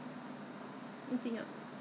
介绍一点东西 lah suitable lah